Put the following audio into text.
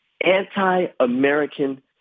anti-American